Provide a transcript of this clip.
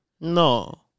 no